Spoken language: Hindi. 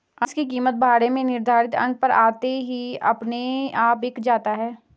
अंश की कीमत बाड़े में निर्धारित अंक पर आते ही अपने आप बिक जाता है